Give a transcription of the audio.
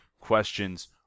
questions